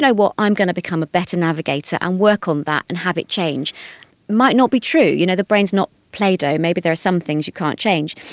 know what, i'm going to become a better navigator and work on that and have it change might not be true. you know, the brain is not play-doh. maybe there are some things you can't change.